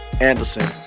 Anderson